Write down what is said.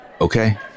Okay